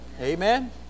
Amen